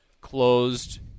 closed